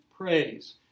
praise